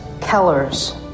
Kellers